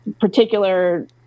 particular